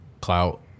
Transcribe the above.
clout